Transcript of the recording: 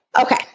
Okay